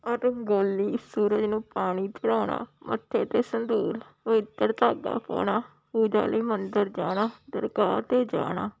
ਔਟਵਗੋਲੀ ਸੂਰਜ ਨੂੰ ਪਾਣੀ ਪੜਾਉਣਾ ਮੱਥੇ 'ਤੇ ਸਿੰਦੂਰ ਪਵਿੱਤਰ ਧਾਗਾ ਪਾਉਣਾ ਉਹਦਾ ਲਈ ਮੰਦਰ ਜਾਣਾ ਦਰਗਾਹ 'ਤੇ ਜਾਣਾ